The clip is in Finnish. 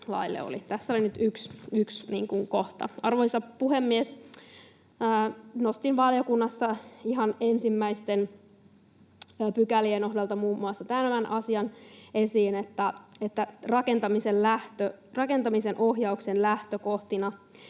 Tässä oli nyt yksi kohta. Arvoisa puhemies! Nostin esiin valiokunnassa ihan ensimmäisten pykälien osalta muun muassa tämän asian, rakentamisen ohjauksen lähtökohdat,